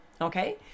okay